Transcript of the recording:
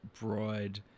broad